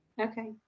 okay